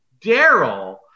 Daryl